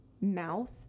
mouth